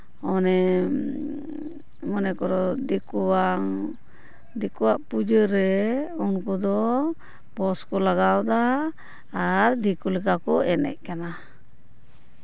ᱢᱟᱱᱮ ᱢᱚᱱᱮ ᱠᱚᱨᱚ ᱫᱤᱠᱩᱣᱟᱝ ᱫᱤᱠᱩᱣᱟᱜ ᱯᱩᱡᱟᱹᱨᱮ ᱩᱱᱠᱩ ᱫᱚ ᱵᱚᱠᱥ ᱠᱚ ᱞᱟᱜᱟᱣ ᱫᱟ ᱟᱨ ᱫᱤᱠᱩ ᱞᱮᱠᱟ ᱠᱚ ᱮᱱᱮᱡ ᱠᱟᱱᱟ